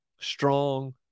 strong